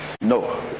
No